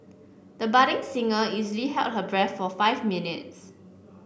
the budding singer easily held her breath for five minutes